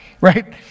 Right